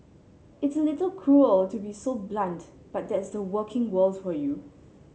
it's a little cruel to be so blunt but that's the working world for you